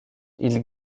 ils